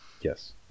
Yes